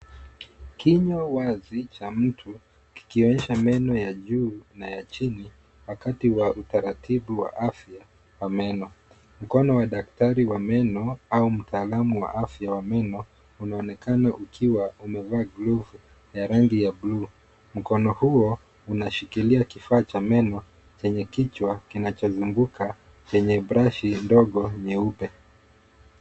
Kinywa wazi cha mtu, kikionyesha meno ya juu na ya chini, wakati wa utaratibu wa afya wa meno. Mkono wa daktari wa meno au mtaalamu wa afya wa meno, unaonekana ukiwa umevaa glovu ya rangi ya blue . Mkono huo unashikilia kifaa cha meno, chenye kichwa kinachozunguka, chenye brashi ndogo nyeupe.